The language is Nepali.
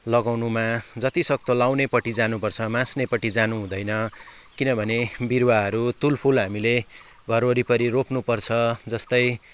लगाउनुमा जतिसक्दो लगाउनेपट्टि जानुपर्छ मास्नेपट्टि जानुहुँदैन किनभने बिरुवाहरू तुलफुल हामीले घर वरिपरि रोप्नुपर्छ जस्तै